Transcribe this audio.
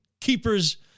keepers